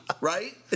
Right